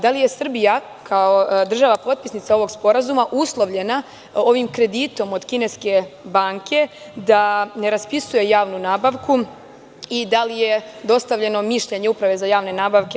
Da li je Srbija kao država potpisnica ovog sporazuma uslovljena ovim kreditom od kineske banke da ne raspisuje javnu nabavku i da li je dostavljeno mišljenje Uprave za javne nabavke?